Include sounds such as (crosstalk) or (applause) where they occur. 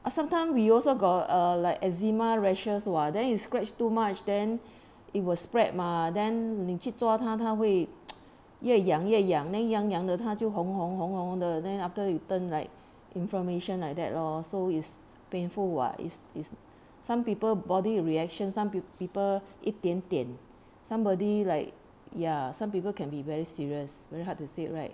ah sometime we also got err like eczema rashes [what] then you scratch too much then it will spread mah then 你去抓它它会 (noise) 越痒越痒 then 痒痒的他就红红红红的 then after you turn like inflammation like that lor so it's painful [what] is is some people body reaction some pe~ people 一点点 somebody like ya some people can be very serious very hard to say right